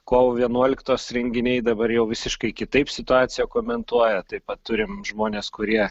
kovo vienuoliktos renginiai dabar jau visiškai kitaip situaciją komentuoja taip pat turim žmones kurie